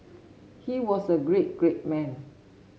he was a great great man